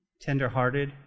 tender-hearted